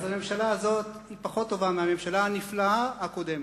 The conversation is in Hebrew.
הממשלה הזאת פחות טובה מהממשלה הנפלאה הקודמת.